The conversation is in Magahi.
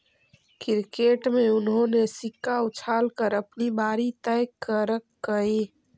क्रिकेट में उन्होंने सिक्का उछाल कर अपनी बारी तय करकइ